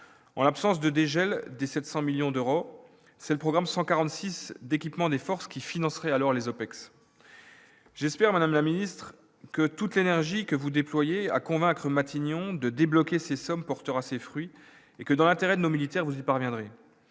en l'absence de dégel des 700 millions d'euros, c'est le programme 146 d'équipement des forces qui financerait alors les OPEX, j'espère, Madame la Ministre, que toute l'énergie que vous déployez à convaincre Matignon de débloquer ces sommes portera ses fruits et que dans l'intérêt de nos militaires vous y parviendrez